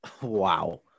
Wow